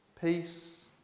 peace